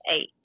eight